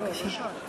בבקשה.